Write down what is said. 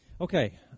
Okay